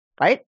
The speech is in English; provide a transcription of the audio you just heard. Right